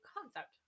concept